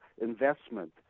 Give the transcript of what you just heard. investment